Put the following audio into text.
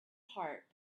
heart